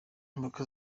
imbuga